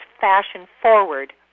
fashion-forward